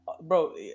bro